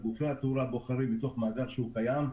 את גופי התאורה בוחרים מתוך מאגר קיים.